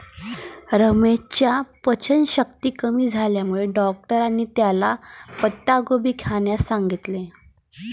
रमेशच्या पचनशक्ती कमी झाल्यामुळे डॉक्टरांनी त्याला पत्ताकोबी खाण्यास सांगितलं